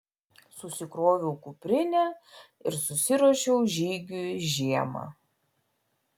susikroviau kuprinę ir susiruošiau žygiui žiemą